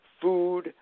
food